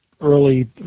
early